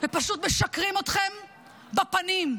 ופשוט משקרים לכם בפנים.